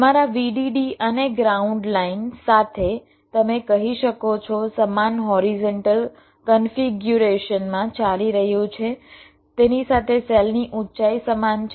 તમારા VDD અને ground line સાથે તમે કહી શકો છો સમાન હોરિઝોન્ટલ કન્ફિગ્યુરેશન માં ચાલી રહ્યું છે તેની સાથે સેલની ઊંચાઈ સમાન છે